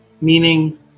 Meaning